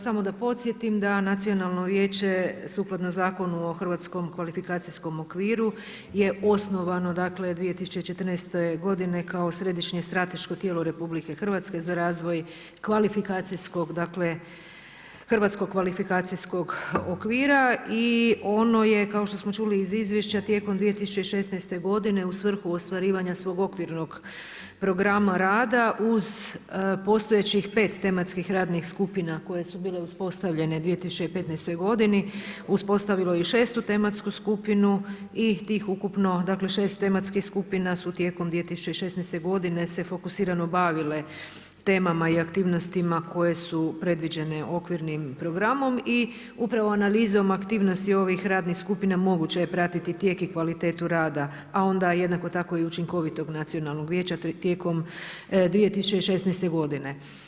Samo da podsjetim da Nacionalno vijeće sukladno Zakonu o hrvatskom kvalifikacijskom okviru je osnovano 2014. godine kao središnje strateško tijelo RH za razvoj hrvatskog kvalifikacijskog okvira i ono je kao što smo čuli iz izvješća, rijekom 2016. godine u svrhu ostvarivanja svog okvirnog programa rada uz postojećeg pet tematskih radnih skupina koje su bile uspostavljene u 2015. godini, uspostavilo je 6. tematsku skupinu i tih ukupno 6 tematskih skupina su tijekom 2016. se fokusirano bavile temama i aktivnostima koje su predviđene okvirnim programom i upravo analizom aktivnosti ovih radnih skupina moguće je pratiti tijek i kvalitetu rada a onda jednako tako i učinkovitog Nacionalnog vijeća tijekom 2016. godine.